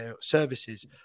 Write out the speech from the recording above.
services